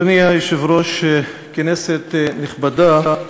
אדוני היושב-ראש, כנסת נכבדה,